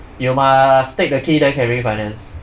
you must take the key then can refinance